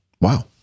Wow